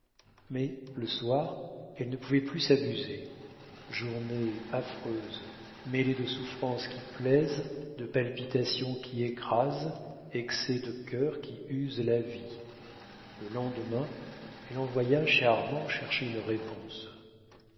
mais le soir elle ne pouvait plus s'abuser journée affreuse mêlée de souffrances qui plaisent de palpitations qui écrasent excès de cœur qui usent la vie le lendemain elle envoya chez armand chercher une réponse